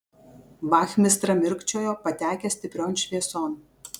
vachmistra mirkčiojo patekęs stiprion švieson